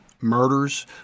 murders